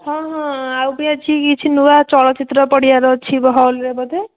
ହଁ ହଁ ଆଉ ବି ଅଛି କିଛି ନୂଆ ଚଳଚ୍ଚିତ୍ର ପଡ଼ିବାର ଅଛି ହଲ୍ରେ ବୋଧେ